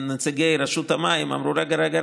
נציגי רשות המים אמרו: רגע,